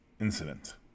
incident